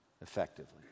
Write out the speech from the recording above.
effectively